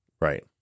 Right